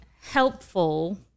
helpful